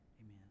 amen